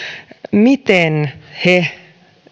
miten he